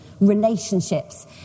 relationships